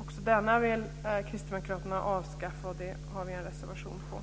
Också denna vill kristdemokraterna avskaffa, och det har vi en reservation om.